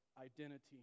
identity